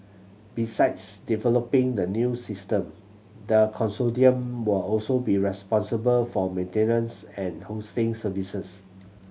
besides developing the new system the consortium will also be responsible for maintenance and hosting services